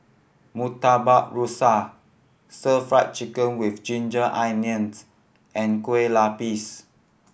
Murtabak Rusa Stir Fry Chicken with ginger onions and Kueh Lapis